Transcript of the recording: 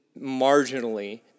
marginally